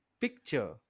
picture